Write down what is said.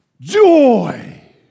Joy